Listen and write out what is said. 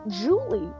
julie